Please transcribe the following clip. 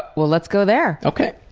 well let's go there. okay.